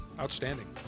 Outstanding